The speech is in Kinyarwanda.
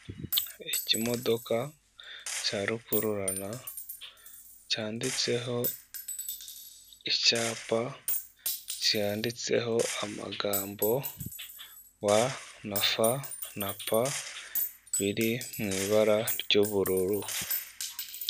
Ikimodoka cya rukururana, cyanditseho icyapa, cyanditseho amagambo wa na fa na pa biri mu ibara ry'ubururu.